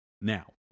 Now